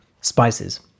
spices